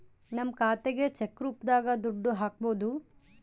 ನಮ್ ಖಾತೆಗೆ ಚೆಕ್ ರೂಪದಾಗ ದುಡ್ಡು ಹಕ್ಬೋದು